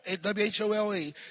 W-H-O-L-E